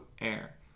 air